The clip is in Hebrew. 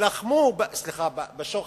יילחמו בשוחד,